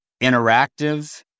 interactive